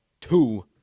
two